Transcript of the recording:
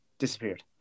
disappeared